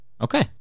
Okay